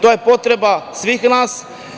To je potreba svih nas.